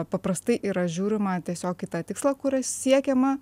paprastai yra žiūrima tiesiog į tą tikslą kurio siekiama